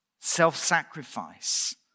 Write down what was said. self-sacrifice